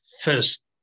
first